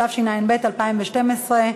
התשע"ב 2012,